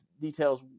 details